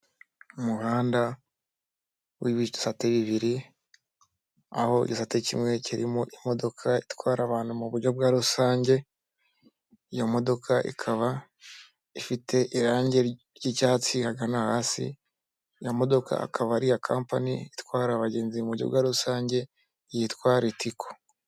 Umuhanda w'ibisate bibiri, aho igisate kimwe kirimo imodoka itwara abantu mu buryo bwa rusange, iyo modoka ikaba ifite irangi ry'icyatsi ahagana hasi, iyo modoka akaba ari iya kampani itwara abagenzi mu buryo bwa rusange yitwa ritiko.